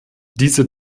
diese